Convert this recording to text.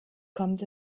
kommt